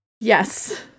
Yes